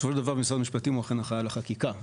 בסופו של דבר משרד המשפטים אחראי על חקיקה.